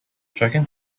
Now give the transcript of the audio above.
tracking